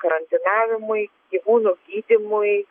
karantinavimui gyvūnų gydymui